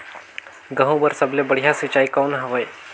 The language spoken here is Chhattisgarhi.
गहूं बर सबले बढ़िया सिंचाई कौन हवय?